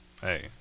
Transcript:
hey